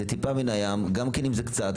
זאת טיפה מן הים גם אם זה קצת,